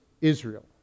Israel